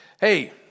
Hey